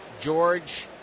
George